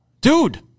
Dude